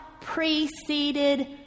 preceded